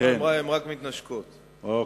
חבר הכנסת מיכאלי,